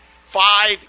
five